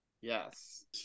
Yes